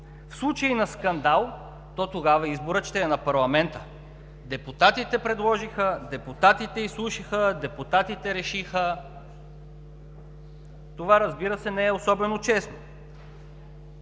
в случай на скандал, то тогава изборът ще е на парламента – депутатите предложиха, депутатите изслушаха, депутатите решиха. Това, разбира се, не е особено честно.